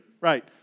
right